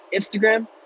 Instagram